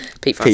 pete